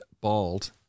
bald